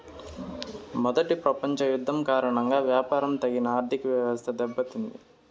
మొదటి ప్రపంచ యుద్ధం కారణంగా వ్యాపారం తగిన ఆర్థికవ్యవస్థ దెబ్బతింది